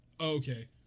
Okay